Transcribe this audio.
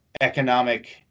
economic